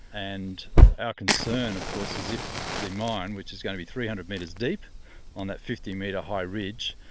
and our concern of course is if the mine, which is going to be three hundred metres deep on that fifty metre high ridge,